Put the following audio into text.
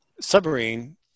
submarine